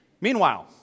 Meanwhile